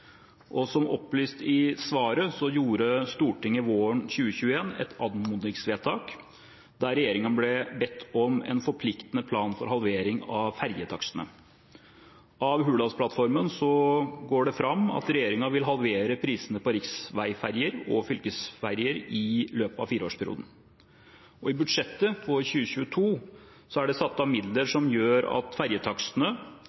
Som opplyst i svaret gjorde Stortinget våren 2020 et anmodningsvedtak, der regjeringen ble bedt om en forpliktende plan for halvering av fergetakstene. Av Hurdalsplattformen går det fram at regjeringen vil halvere prisene på riksveiferger og fylkesveiferger i løpet av fireårsperioden. I budsjettet for 2022 er det satt av midler